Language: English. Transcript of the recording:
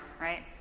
right